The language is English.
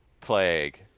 Plague